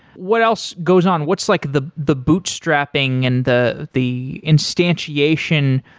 what else goes on? what's like the the boot strapping and the the instantiation,